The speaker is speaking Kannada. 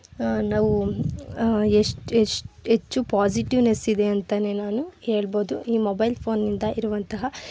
ನಾವು ಎಷ್ಟು ಎಷ್ಟು ಹೆಚ್ಚು ಪೋಝಿಟಿವ್ನೆಸ್ ಇದೆ ಅಂತಲೇ ನಾನು ಹೇಳ್ಬೋದು ಈ ಮೊಬೈಲ್ ಫೋನಿಂದ ಇರುವಂತಹ